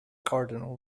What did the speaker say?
cardinal